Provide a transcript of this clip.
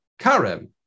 karem